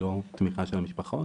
ללא תמיכה של המשפחות